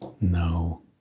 No